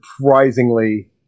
surprisingly